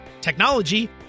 technology